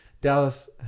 Dallas